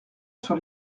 sur